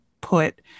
put